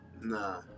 Nah